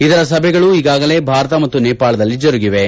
ಇದರ ಸಭೆಗಳು ಈಗಾಗಲೇ ಭಾರತ ಮತ್ತು ನೇಪಾಳದಲ್ಲಿ ಜರುಗಿವೆ